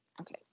okay